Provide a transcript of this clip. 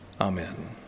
Amen